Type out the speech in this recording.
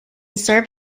serve